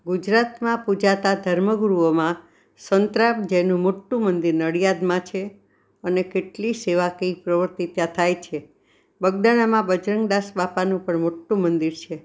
ગુજરાતમાં પૂજાતા ધર્મગુરુઓમાં સંતરામ જેનું મોટું મંદિર નડિયાદમાં છે અને કેટલી સેવાકીય પ્રવૃત્તિ ત્યાં થાય છે બગદાણામાં બજરંગ દાસબાપાનું પણ મોટું મંદિર છે